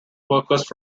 workers